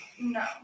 No